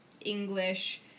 English